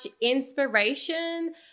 inspiration